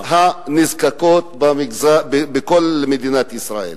הנזקקות בכל מדינת ישראל.